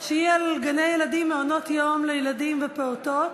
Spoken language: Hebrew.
גני-ילדים, מעונות-יום לילדים ופעוטות.